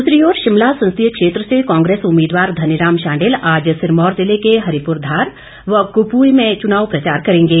दूसरी ओर शिमला संसदीय क्षेत्र से कांग्रेस उम्मीदवार धनीराम शांडिल आज सिरमौर जिले के हरिपुर धार व कुपवी में चुनाव प्रचार करेंगे